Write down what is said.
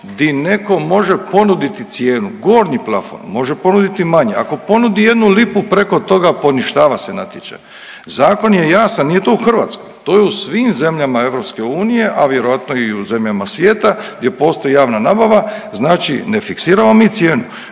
di neko može ponuditi cijenu, gornji plafon, može ponuditi manje, ako ponudi jednu lipu preko toga poništava se natječaj. Zakon je jasan, nije to u Hrvatskoj, to je u svim zemljama EU, a vjerojatno i u zemljama svijeta gdje postoji javna nabava, znači ne fiksiramo mi cijenu,